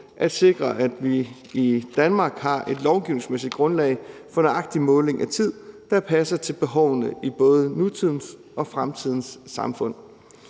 at sikre, at vi i Danmark har et lovgivningsmæssigt grundlag for nøjagtig måling af tid, der passer til behovene i både nutidens og fremtidens samfund.